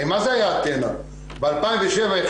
ב-2007,